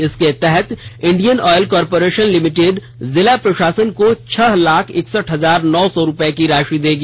इसके तहत Indian Oil Corporation Limited जिला प्रशासन को छह लाख इकसठ हजार नौ सौ रूपये की राशि देगी